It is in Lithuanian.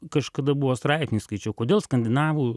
kažkada buvo straipsnį skaičiau kodėl skandinavų